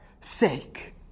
sake